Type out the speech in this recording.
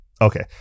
okay